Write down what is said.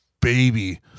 Baby